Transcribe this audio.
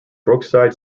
brookside